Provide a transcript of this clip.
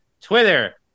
Twitter